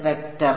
vector